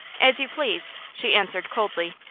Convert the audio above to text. as you please, she answered, coldly.